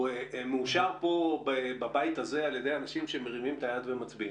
הוא מאושר בכנסת על ידי אנשים שמצבעים בעדו או נגדו.